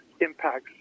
impacts